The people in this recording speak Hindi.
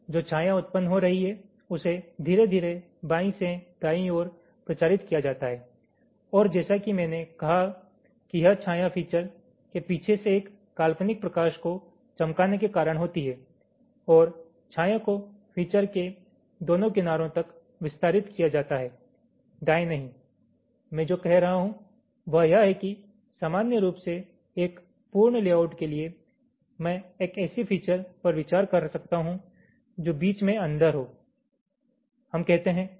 जो छाया उत्पन्न हो रही है उसे धीरे धीरे बाईं से दाईं ओर प्रचारित किया जाता है और जैसा कि मैंने कहा कि यह छाया फीचर के पीछे से एक काल्पनिक प्रकाश को चमकाने के कारण होती है और छाया को फीचर के दोनों किनारों तक विस्तारित किया जाता है दाये नही मैं जो कह रहा हूं वह यह है कि सामान्य रूप से एक पूर्ण लेआउट के लिए मैं एक ऐसी फीचर पर विचार कर सकता हूं जो बीच में अंदर हो हमें कहते हैं A